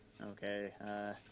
Okay